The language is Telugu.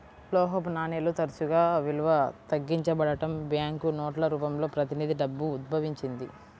లోహపు నాణేలు తరచుగా విలువ తగ్గించబడటం, బ్యాంకు నోట్ల రూపంలో ప్రతినిధి డబ్బు ఉద్భవించింది